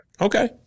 Okay